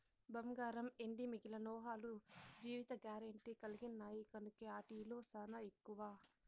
బంగారం, ఎండి మిగిలిన లోహాలు జీవిత గారెంటీ కలిగిన్నాయి కనుకే ఆటి ఇలువ సానా ఎక్కువ